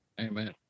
Amen